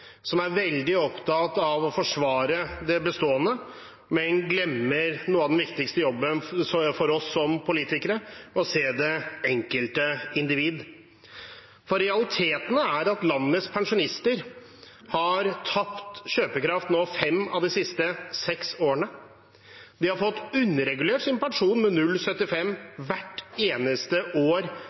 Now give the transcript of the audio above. som er veldig opptatt av å forsvare det bestående, men glemmer noe av den viktigste jobben for oss som politikere: å se det enkelte individ. For realiteten er at landets pensjonister har tapt kjøpekraft i fem av de siste seks årene. De har fått underregulert sin pensjon med 0,75 hvert eneste år